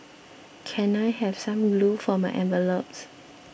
can I have some glue for my envelopes